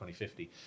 2050